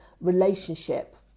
relationship